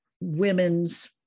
women's